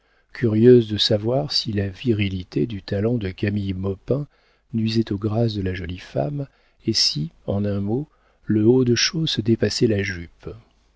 curieuses de savoir si la virilité du talent de camille maupin nuisait aux grâces de la jolie femme et si en un mot le haut-de-chausses dépassait la jupe